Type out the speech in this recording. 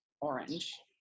Orange